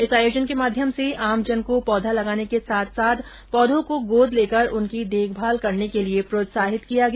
इस आयोजन के माध्यम से आमजन को पौधा लगाने के साथ साथ पौधों को गोद लेकर उनकी देखभाल करने के लिए प्रोत्साहित किया गया